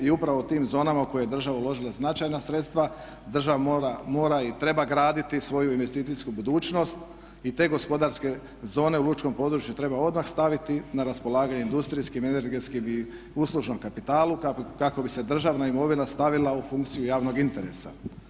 I upravo tim zonama u koje je država uložila značajna sredstva država mora i treba graditi svoju investicijsku budućnost i te gospodarske zone u lučkom području treba odmah staviti na raspolaganje industrijskim, energetskim i uslužnom kapitalu kako bi se državna imovina stavila u funkciju javnog interesa.